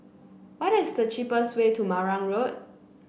what is the cheapest way to Marang Road